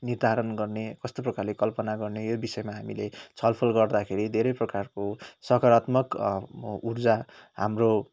निर्धारण गर्ने कस्तो प्रकारले कल्पना गर्ने यो विषयमा हामीले छलफल गर्दाखेरि धेरै प्रकारको सकारात्मक ऊर्जा हाम्रो